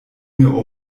mir